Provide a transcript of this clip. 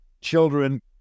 children